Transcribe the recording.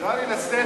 תקרא אותי לסדר,